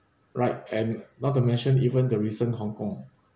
right and not to mention even the recent hong kong